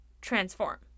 transform